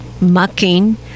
mucking